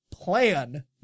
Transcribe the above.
Plan